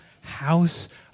house